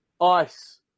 Ice